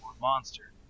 monster